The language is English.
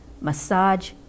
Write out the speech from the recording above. massage